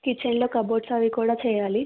kitchen లో cupboards అవి కూడా చేయాలి